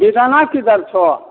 बेदाना की दर छौ